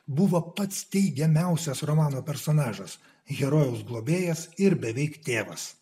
buvo pats teigiamiausias romano personažas herojaus globėjas ir beveik tėvas